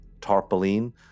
tarpaulin